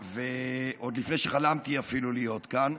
עוד לפני שחלמתי אפילו להיות כאן,